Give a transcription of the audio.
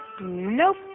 Nope